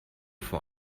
vor